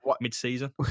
mid-season